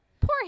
Poor